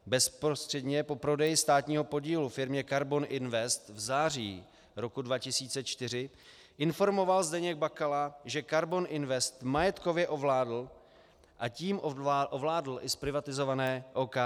Bezprostředně po prodeji státního podílu firmě Karbon Invest v září 2004 informoval Zdeněk Bakala, že Karbon Invest majetkově ovládl, a tím ovládl i zprivatizované OKD.